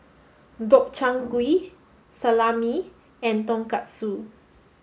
Gobchang Gui Salami and Tonkatsu